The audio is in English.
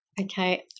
Okay